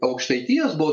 aukštaitijos buvau